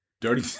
Dirty